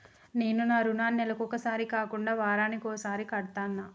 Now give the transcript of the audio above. నేను నా రుణాన్ని నెలకొకసారి కాకుండా వారానికోసారి కడ్తన్నా